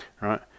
right